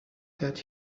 that